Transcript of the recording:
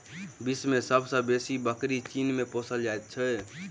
विश्व मे सब सॅ बेसी बकरी चीन मे पोसल जाइत छै